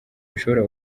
bishobora